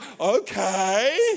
okay